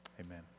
Amen